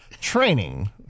Training